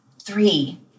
Three